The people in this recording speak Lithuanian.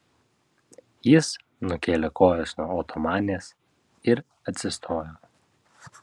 jis nukėlė kojas nuo otomanės ir atsistojo